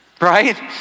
Right